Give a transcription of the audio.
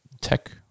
tech